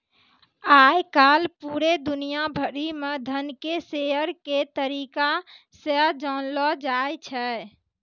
आय काल पूरे दुनिया भरि म धन के शेयर के तरीका से जानलौ जाय छै